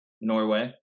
Norway